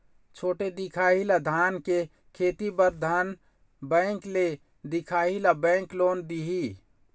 छोटे दिखाही ला धान के खेती बर धन बैंक ले दिखाही ला बैंक लोन दिही?